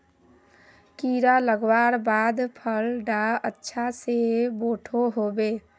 कीड़ा लगवार बाद फल डा अच्छा से बोठो होबे?